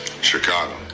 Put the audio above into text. Chicago